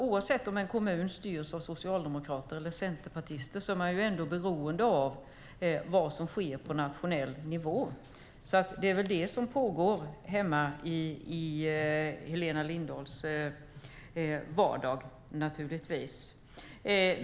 Oavsett om en kommun styrs av socialdemokrater eller centerpartister är man beroende av vad som sker på nationell nivå. Det är väl det som pågår i Helena Lindahls vardag.